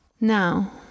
now